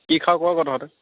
কি খাৱ ক আকৌ তহঁতে